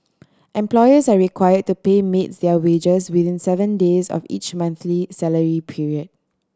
employers are require to pay maids their wages within seven days of each monthly salary period